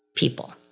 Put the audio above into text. people